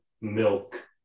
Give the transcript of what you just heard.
milk